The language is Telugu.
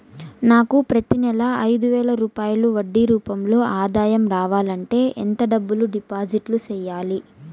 నాకు ప్రతి నెల ఐదు వేల రూపాయలు వడ్డీ రూపం లో ఆదాయం రావాలంటే ఎంత డబ్బులు డిపాజిట్లు సెయ్యాలి?